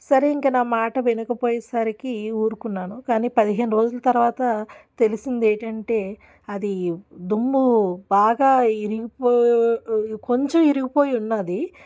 సరే ఇంక నా మాట వినకపోయే సరికి ఊరుకున్నాను కానీ పదిహేను రోజుల తర్వాత తెలిసింది ఏంటంటే అది దుమ్ము బాగా విరిగిపో కొంచెం ఇగిరిపోయి ఉన్నది